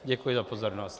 Děkuji za pozornost.